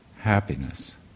happiness